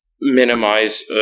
minimize